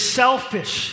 selfish